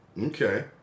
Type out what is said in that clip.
Okay